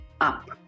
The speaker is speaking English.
up